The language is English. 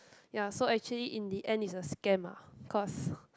ya so actually in the end is a scam lah cause